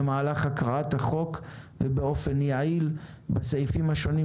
במהלך הקראת החוק ובאופן יעיל בסעיפים השונים,